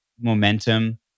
momentum